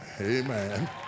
amen